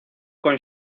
con